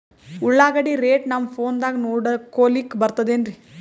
ಉಳ್ಳಾಗಡ್ಡಿ ರೇಟ್ ನಮ್ ಫೋನದಾಗ ನೋಡಕೊಲಿಕ ಬರತದೆನ್ರಿ?